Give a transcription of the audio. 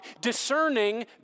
discerning